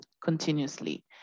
continuously